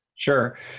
Sure